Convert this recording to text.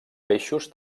peixos